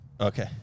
Okay